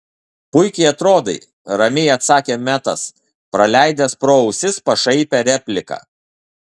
puikiai atrodai ramiai atsakė metas praleidęs pro ausis pašaipią repliką